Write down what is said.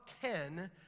ten